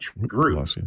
group